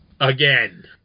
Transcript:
Again